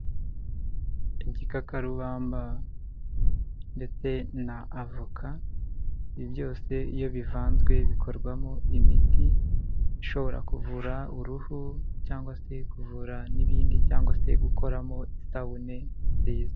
Igikakarubamba ndetse na avoka, ibi byose iyo bivanzwe bikorwamo imiti ishobora kuvura uruhu cyangwa se kuvura n'ibindi cyangwag se gukoramo isabune nziza.